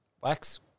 wax